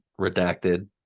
redacted